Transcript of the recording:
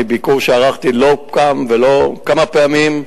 מביקור שערכתי לא פעם ולא כמה פעמים,